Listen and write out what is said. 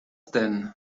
denn